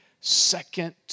second